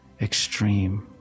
extreme